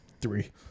three